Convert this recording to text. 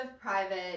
private